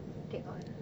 take all